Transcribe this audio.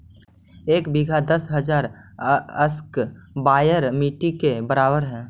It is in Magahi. एक बीघा दस हजार स्क्वायर मीटर के बराबर हई